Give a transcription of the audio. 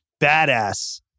badass